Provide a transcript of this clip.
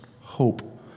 hope